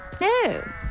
No